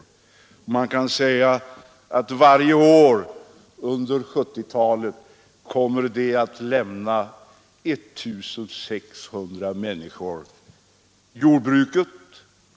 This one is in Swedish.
Man kan säga att varje år under 1970-talet kommer 1 600 människor att lämna jordbruket.